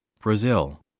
Brazil